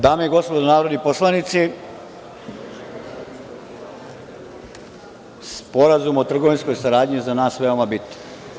Dame i gospodo narodni poslanici, Sporazum o trgovinskoj saradnji je za nas veoma bitan.